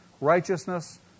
righteousness